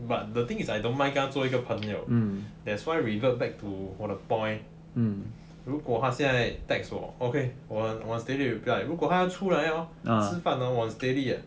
but the thing is I don't mind 跟她做一个朋友 that's why revert back to 我的 point 如果她现在 text 我 okay 我 steady reply 如果她要出来吃饭我很 steady eh